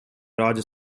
roger